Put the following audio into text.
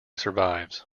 survives